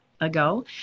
ago